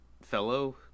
fellow